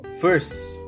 first